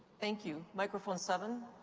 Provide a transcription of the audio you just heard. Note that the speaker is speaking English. thank you. microphone seven.